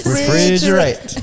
Refrigerate